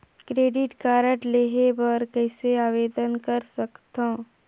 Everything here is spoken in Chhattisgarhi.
क्रेडिट कारड लेहे बर कइसे आवेदन कर सकथव?